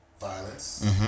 violence